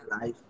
life